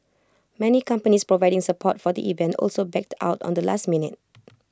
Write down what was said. many companies providing support for the event also backed out on the last minute